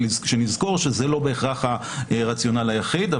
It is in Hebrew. שנזכור שזה לא בהכרח הרציונל היחיד.